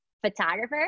photographer